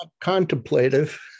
contemplative